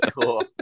cool